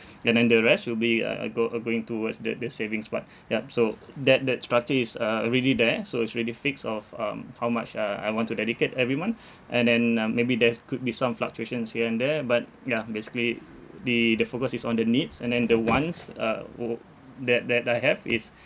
and then the rest will be uh uh go~ uh going towards the the savings part yup so that that structure is uh already there so it's already fixed of um how much uh I want to dedicate every month and then uh maybe there's could be some fluctuations here and there but ya basically the the focus is on the needs and then the wants uh wo~ wo~ that that I have is